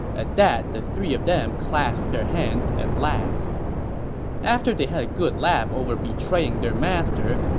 at that the three of them clasped their hands and laughed after they had a good laugh over betraying their master,